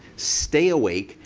stay awake.